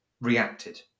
reacted